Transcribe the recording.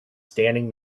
standing